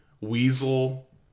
weasel